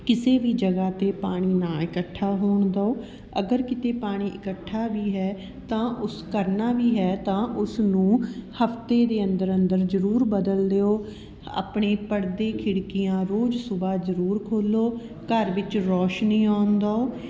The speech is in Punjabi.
ਕਿਸੇ ਵੀ ਜਗ੍ਹਾ 'ਤੇ ਪਾਣੀ ਨਾ ਇਕੱਠਾ ਹੋਣ ਦਿਉ ਅਗਰ ਕਿਤੇ ਪਾਣੀ ਇਕੱਠਾ ਵੀ ਹੈ ਤਾਂ ਉਸ ਕਰਨਾ ਵੀ ਹੈ ਤਾਂ ਉਸਨੂੰ ਹਫ਼ਤੇ ਦੇ ਅੰਦਰ ਅੰਦਰ ਜ਼ਰੂਰ ਬਦਲ ਦਿਉ ਆਪਣੇ ਪਰਦੇ ਖਿੜਕੀਆਂ ਰੋਜ਼ ਸੁਬਹਾ ਜ਼ਰੂਰ ਖੋਲ੍ਹੋ ਘਰ ਵਿੱਚ ਰੌਸ਼ਨੀ ਆਉਣ ਦਿਉ